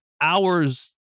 hours